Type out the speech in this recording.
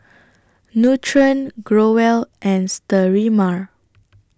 Nutren Growell and Sterimar